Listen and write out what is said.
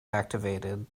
activated